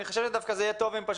אני חושב שדווקא זה יהיה טוב אם פשוט